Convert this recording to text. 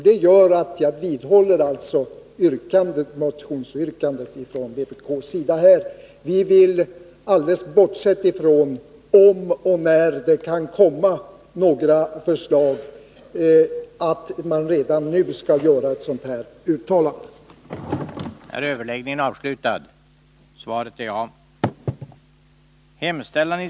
Därför vidhåller jag mitt yrkande om bifall till vpk-motionen. Alldeles bortsett från om och när det kan komma några förslag vill vi att man redan nu skall göra ett sådant uttalande som vi föreslår.